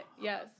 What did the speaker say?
Yes